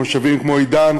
מושבים כמו עידן,